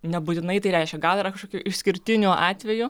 nebūtinai tai reiškia gal yra kažkokių išskirtinių atvejų